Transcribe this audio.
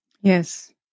Yes